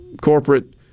corporate